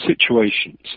situations